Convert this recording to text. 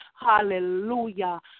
Hallelujah